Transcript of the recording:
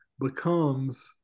becomes